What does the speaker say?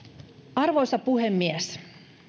arvoisa puhemies